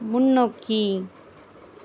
முன்னோக்கி